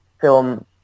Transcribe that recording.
film